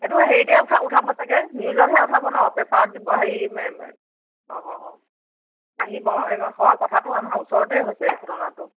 সেইটো হেৰিতে উঠাব ছাগৈ নিউজতহে উঠাব ন পেপাৰত দিব হেৰি অঁ আহিব কথাটো আমাৰ ওচৰতে হৈছে ঘটনাটো